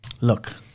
look